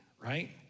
right